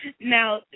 Now